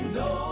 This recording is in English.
no